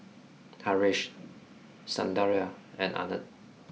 Haresh Sundaraiah and Anand